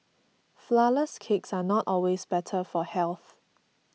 Flourless Cakes are not always better for health